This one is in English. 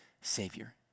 Savior